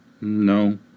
No